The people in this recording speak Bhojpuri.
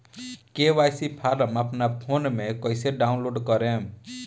के.वाइ.सी फारम अपना फोन मे कइसे डाऊनलोड करेम?